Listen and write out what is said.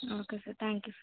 okay sir thank you sir